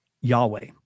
Yahweh